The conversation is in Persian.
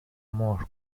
مهر